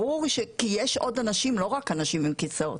ברור כי יש עוד אנשים ולא רק אנשים עם כיסאות.